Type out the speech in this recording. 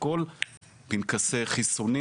פסקי חיסונים